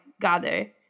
gather